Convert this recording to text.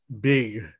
big